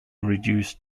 reduce